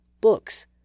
books